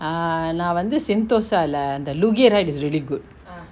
err நா வந்து:na vanthu sentosa lah அந்த:antha luge ride is really good